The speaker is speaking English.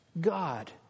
God